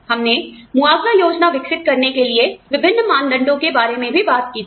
हमने मुआवजा योजना विकसित करने के लिए विभिन्न मानदंडों के बारे में भी बात की थी